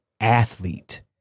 athlete